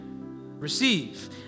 Receive